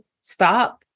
stop